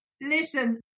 listen